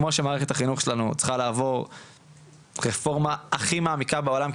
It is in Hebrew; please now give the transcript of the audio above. כמו שמערכת החינוך שלנו צריכה לעבור רפורמה הכי מעמיקה בעולם,